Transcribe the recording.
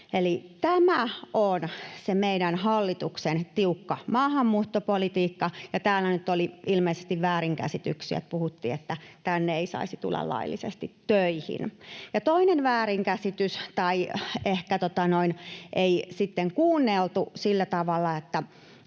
tämä on se meidän hallituksen tiukka maahanmuuttopolitiikka, ja täällä nyt oli ilmeisesti väärinkäsityksiä. Puhuttiin, että tänne ei saisi tulla laillisesti töihin. Ja toinen väärinkäsitys — tai ehkä ei sitten kuunneltu sillä tavalla.